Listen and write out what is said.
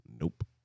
Nope